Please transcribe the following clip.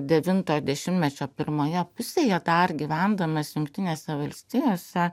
devintojo dešimtmečio pirmoje pusėje dar gyvendamas jungtinėse valstijose